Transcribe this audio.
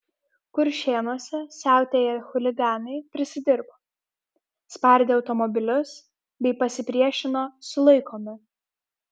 kuršėnuose siautėję chuliganai prisidirbo spardė automobilius bei pasipriešino sulaikomi